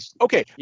Okay